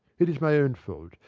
it is my own fault.